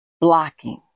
blocking